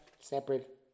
separate